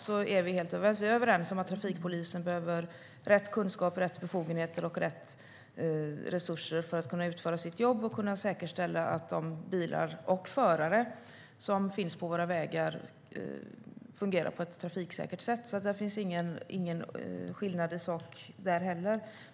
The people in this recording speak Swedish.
Vi är överens om att trafikpolisen behöver rätt kunskaper, rätt befogenheter och rätt resurser för att kunna utföra sitt jobb och säkerställa att de bilar och förare som finns på våra vägar fungerar på ett trafiksäkert sätt. Det finns ingen skillnad i sak där heller.